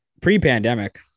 Pre-pandemic